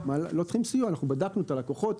אנחנו בדקנו את הלקוחות,